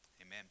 amen